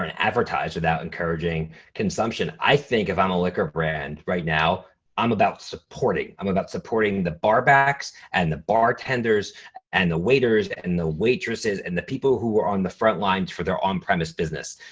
advertise without encouraging consumption? i think if i'm a liquor brand right now i'm about supporting, i'm about supporting the bar backs and the bartenders and the waiters and the waitresses and the people who were on the front lines for their on-premise business.